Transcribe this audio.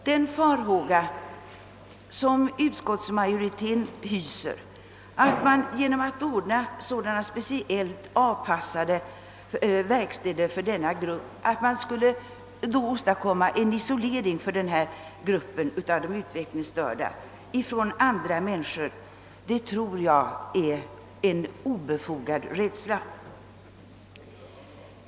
Den farhåga som utskottsmajoriteten hyser för att man genom att ordna speciellt avpassade verkstäder för de utvecklingsstörda skulle isolera dem från andra människor tror jag är en obefogad rädsla.